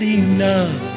enough